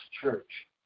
church